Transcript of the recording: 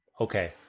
okay